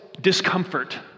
discomfort